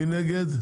מי נגד?